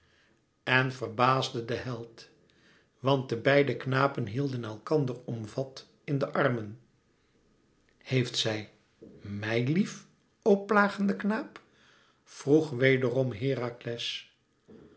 en verbaasde de held want de beide knapen hielden elkander omvat in de armen heeft zij mij lief o plagende knaap vroeg wederom herakles